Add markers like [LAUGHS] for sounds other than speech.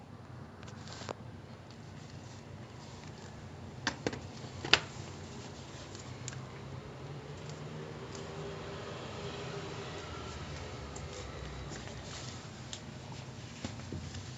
ya so நா அந்த:naa antha attitude lah தா:thaa drums ah approach பண்ண:panna but for me err not not to be like boosting lah but for me drums wasn't that hard because my like சின்ன வயசுல இருந்தே:chinna vayasula irunthae I my grandma everyone used to say that I had a talent with my hands ah [LAUGHS]